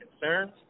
concerns